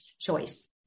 choice